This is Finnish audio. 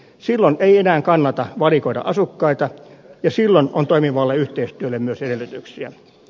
silloin ei enää kannata valikoida asukkaita ja silloin on toimivalle yhteistyölle myös edellytyksiä